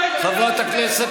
חבר הכנסת